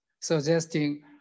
suggesting